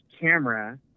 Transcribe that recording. camera